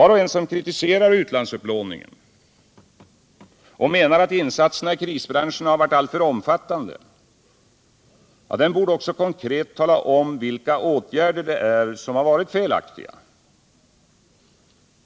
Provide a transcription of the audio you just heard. De som kritiserar utlandsupplåningen och menar att insatserna i krisbranscherna varit alltför omfattande borde också konkret tala om vilka åtgärder det är som varit felaktiga.